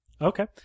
okay